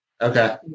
Okay